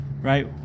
right